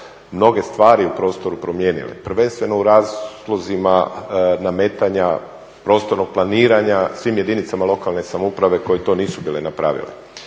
mnoge stvari u prostoru promijenile, prvenstveno u razlozima nametanja prostornog planiranja svim jedinice lokalne samouprave koje to nisu bile napravile.